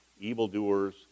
evildoers